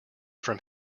from